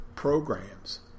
programs